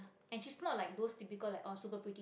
and she's not like those typical like oh super pretty